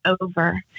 over